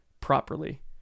properly